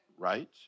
Right